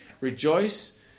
Rejoice